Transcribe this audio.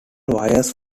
wires